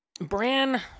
Bran